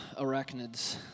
Arachnids